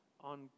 on